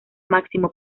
máximo